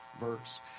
verse